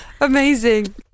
amazing